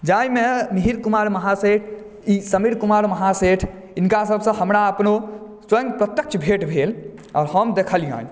जाहिमे मिहिर कुमार महासेठ ई समीर कुमार महासेठ हिनका सभसँ हमरा अपनो स्वयं प्रत्यक्ष भेट भेल आओर हम देखलियनि